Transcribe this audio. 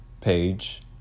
page